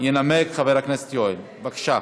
ינמק חבר הכנסת יואל רזבוזוב, בבקשה.